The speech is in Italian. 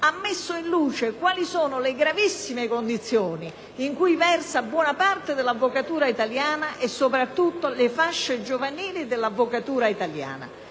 ha messo in luce le gravissime condizioni in cui versa buona parte dell'avvocatura italiana e, soprattutto, le fasce giovanili dell'avvocatura italiana.